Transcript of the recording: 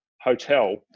hotel